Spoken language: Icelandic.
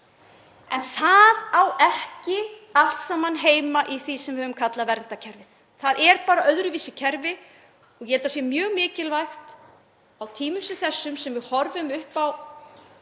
En það á ekki allt saman heima í því sem við höfum kallað verndarkerfið. Það er bara öðruvísi kerfi. Ég held að það sé mjög mikilvægt á tímum sem þessum, þar sem við horfum upp á